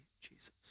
Jesus